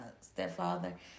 stepfather